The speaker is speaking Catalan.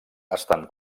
estan